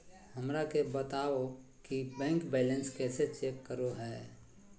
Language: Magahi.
हमरा के बताओ कि बैंक बैलेंस कैसे चेक करो है?